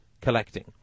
collecting